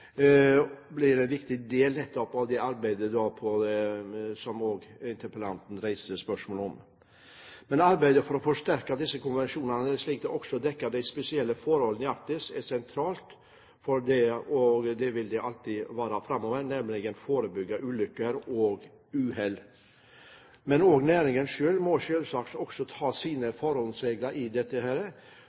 blir en viktig del nettopp av det arbeidet som også interpellanten reiser spørsmål om. Arbeidet for å forsterke disse konvensjonene slik at de også dekker de spesielle forholdene i Arktis, er sentralt – og det vil det alltid være framover – for å forebygge ulykker og uhell. Men næringen selv må selvsagt også ta sine forholdsregler. Den har det primære ansvaret for at sikkerhet, liv og miljø ivaretas på en best mulig måte i